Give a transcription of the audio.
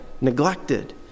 neglected